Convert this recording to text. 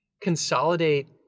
consolidate –